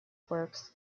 works